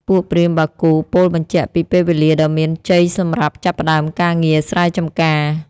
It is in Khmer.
ពួកព្រាហ្មណ៍បាគូពោលបញ្ជាក់ពីពេលវេលាដ៏មានជ័យសម្រាប់ចាប់ផ្ដើមការងារស្រែចម្ការ។